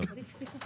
תודה.